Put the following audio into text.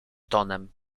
tonem